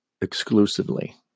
exclusively